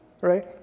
right